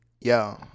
Yo